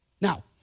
Now